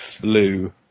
Blue